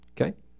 Okay